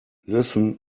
listen